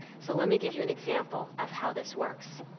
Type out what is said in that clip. so let me give you an example of how this works.